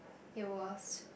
it was